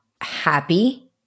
happy